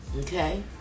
Okay